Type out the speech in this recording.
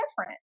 different